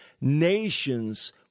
nations